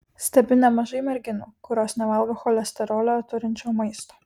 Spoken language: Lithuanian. stebiu nemažai merginų kurios nevalgo cholesterolio turinčio maisto